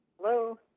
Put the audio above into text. Hello